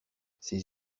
ses